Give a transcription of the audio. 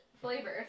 flavors